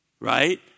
Right